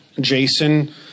Jason